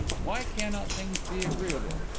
why cannot things be agreeable?